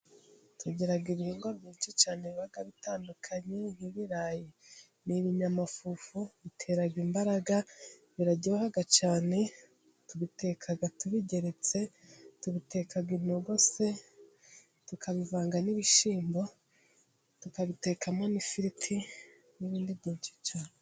Tugira ibihingwa byinshi cyane biba bitandukanye nk'ibirayi ni ibinyamafufu, bitera imbaraga, biraryoha cyane. Tubiteka tubigeretse, tubiteka intogose, tukabivanga n'ibishyimbo tukabitekamo n'ifiriti n'ibindi byinshi cyane.